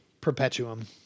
Perpetuum